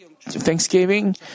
thanksgiving